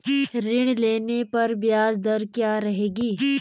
ऋण लेने पर ब्याज दर क्या रहेगी?